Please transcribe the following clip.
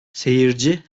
seyirci